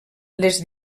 les